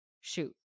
Shoot